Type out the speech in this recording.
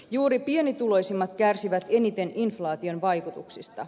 juuri pienituloisimmat kärsivät eniten inflaation vaikutuksista